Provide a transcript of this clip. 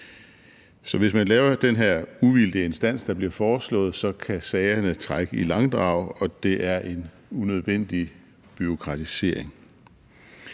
Så hvis man laver den her uvildige instans, der bliver foreslået, så kan sagerne trække i langdrag, og det er en unødvendig bureaukratisering.